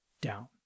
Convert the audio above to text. down